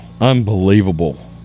Unbelievable